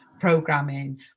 programming